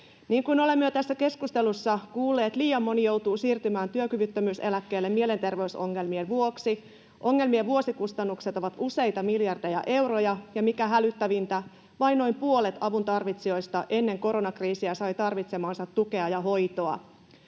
Niin kuin olemme jo tässä keskustelussa kuulleet, liian moni joutuu siirtymään työkyvyttömyyseläkkeelle mielenterveysongelmien vuoksi. Ongelmien vuosikustannukset ovat useita miljardeja euroja, ja mikä hälyttävintä, vain noin puolet avun tarvitsijoista ennen koronakriisiä sai tarvitsemaansa tukea ja hoitoa.